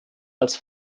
als